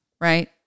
right